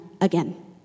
again